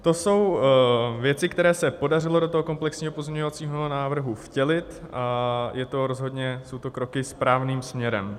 To jsou věci, které se podařilo do komplexního pozměňovacího návrhu vtělit a jsou to rozhodně kroky správným směrem.